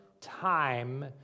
time